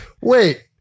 Wait